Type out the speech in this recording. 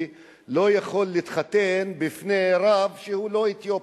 לא יכול להתחתן בפני רב שהוא לא אתיופי.